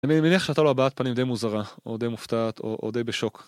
אני מניח שהייתה לו הבעת פנים די מוזרה, או די מופתעת, או די בשוק.